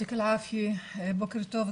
בוקר טוב,